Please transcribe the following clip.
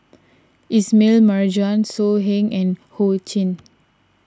Ismail Marjan So Heng and Ho Ching